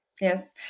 Yes